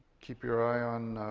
keep your eye on, ah.